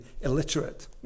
illiterate